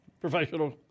professional